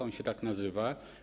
On się tak nazywa.